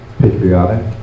patriotic